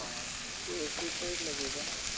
हाँ तो इसी पर लगेगा न